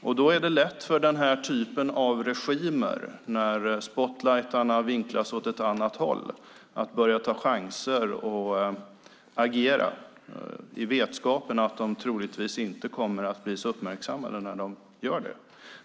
När spotlighterna vinklas åt något annat håll är det lätt för den här typen av regimer att börja ta chanser och agera i vetskapen om att de troligen inte kommer att bli uppmärksammade när de gör det.